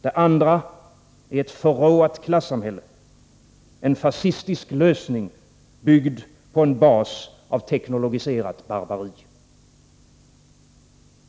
Det andra är ett förråat klassamhälle, en fascistisk lösning byggd på en bas av teknologiserat barbari.